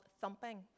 thumping